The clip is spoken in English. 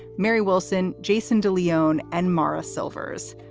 mary wilson, jason de leon and morra silvers.